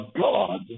God